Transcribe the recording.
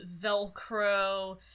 Velcro